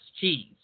cheese